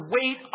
wait